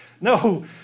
No